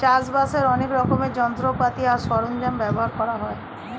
চাষবাসের অনেক রকমের যন্ত্রপাতি আর সরঞ্জাম ব্যবহার করা হয়